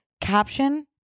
Caption